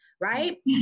Right